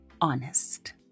honest